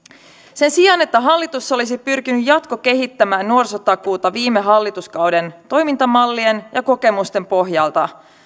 sen sijaan että hallitus olisi pyrkinyt jatkokehittämään nuorisotakuuta viime hallituskauden toimintamallien ja kokemusten pohjalta